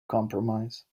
compromise